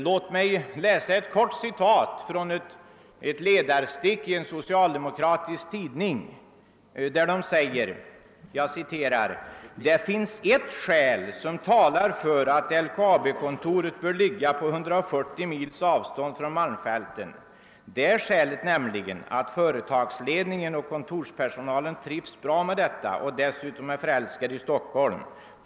Låt mig läsa ett kort citat ur ett ledarstick i en socialdemokratisk tidning: »Det finns ett skäl som talar för att LKAB kontoret bör ligga på 140 mils avstånd från malmfälten, det skälet nämligen att företagsledningen och kontorspersonalen trivs bra med detta och dessutom är förälskade i Stockholm.